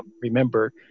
remember